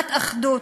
במגמת אחדות,